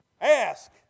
Ask